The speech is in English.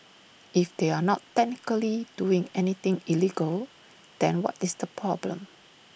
if they are not technically doing anything illegal then what is the problem